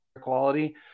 quality